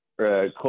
close